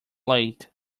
late